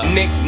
Nick